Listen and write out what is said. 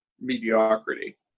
mediocrity